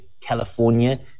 California